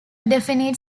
definite